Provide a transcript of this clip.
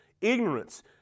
ignorance